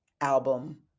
album